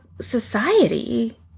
society